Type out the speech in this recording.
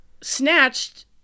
Snatched